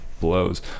blows